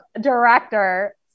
director